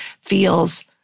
feels